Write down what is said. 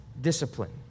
discipline